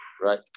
right